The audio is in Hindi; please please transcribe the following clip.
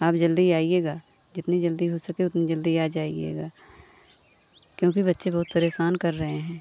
आप जल्दी आइएगा जितनी जल्दी हो सके उतनी जल्दी आ जाइएगा क्योंकि बच्चे बहुत परेशान कर रहे हैं